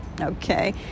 okay